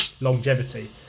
longevity